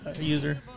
user